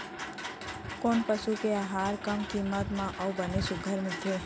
कोन पसु के आहार कम किम्मत म अऊ बने सुघ्घर मिलथे?